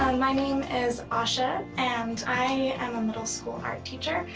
my name is asha and i am a middle school art teacher.